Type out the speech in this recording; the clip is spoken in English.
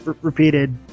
repeated